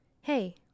Hey